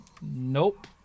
nope